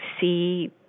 see